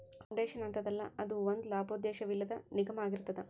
foundation ಅಂತದಲ್ಲಾ, ಅದು ಒಂದ ಲಾಭೋದ್ದೇಶವಿಲ್ಲದ್ ನಿಗಮಾಅಗಿರ್ತದ